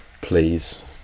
Please